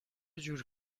جور